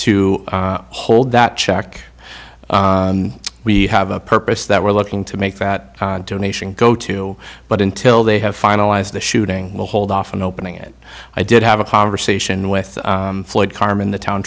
to hold that check we have a purpose that we're looking to make that donation go to but until they have finalized the shooting we'll hold off on opening it i did have a conversation with floyd carman the town